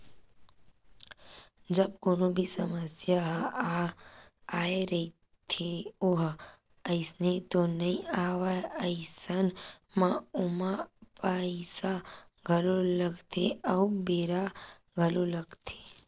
जब कोनो भी समस्या ह आय रहिथे ओहा अइसने तो नइ जावय अइसन म ओमा पइसा घलो लगथे अउ बेरा घलोक लगथे